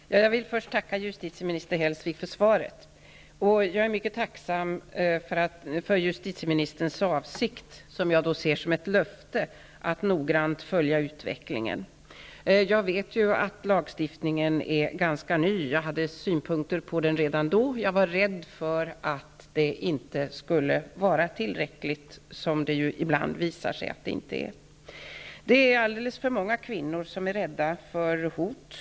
Fru talman! Jag vill först tacka justitieminister Hellsvik för svaret. Jag är mycket tacksam för justitieministerns avsikt, som jag ser som ett löfte, att noggrant följa utvecklingen. Jag vet att lagstiftningen är ganska ny. Jag hade synpunkter på den redan vid tillkomsten. Jag var rädd för att åtgärderna inte skulle vara tillräckliga, vilket det ju ibland visar sig att de inte är. Alltför många kvinnor är rädda för hot.